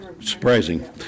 surprising